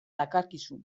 dakarkizu